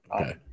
Okay